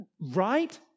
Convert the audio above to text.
Right